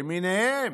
למיניהם,